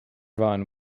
run